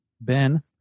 Ben